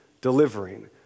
delivering